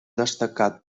destacat